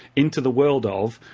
into the world of,